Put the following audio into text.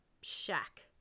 shack